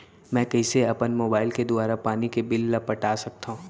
मैं कइसे अपन मोबाइल के दुवारा पानी के बिल ल पटा सकथव?